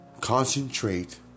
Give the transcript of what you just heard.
concentrate